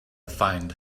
find